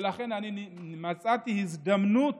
ולכן אני מצאתי הזדמנות